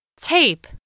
Tape